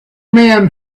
men